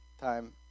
time